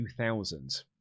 2000